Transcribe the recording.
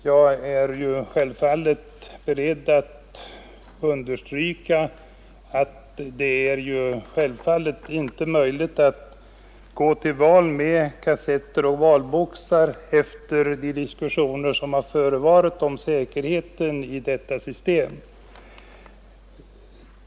Jag är självfallet beredd att understryka att det inte är möjligt att gå till val med kassetter och valboxar efter de diskussioner som förevarit om säkerheten i detta system.